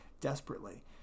desperately